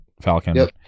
Falcon